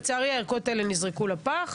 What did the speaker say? לצערי, הערכות האלה נזרקו לפח.